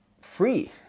free